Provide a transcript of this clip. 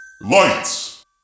Lights